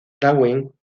darwin